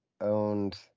owned